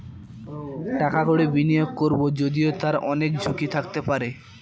টাকা কড়ি বিনিয়োগ করবো যদিও তার অনেক ঝুঁকি থাকতে পারে